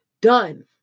done